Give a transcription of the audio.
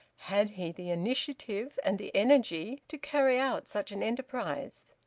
had he the initiative and the energy to carry out such an enterprise?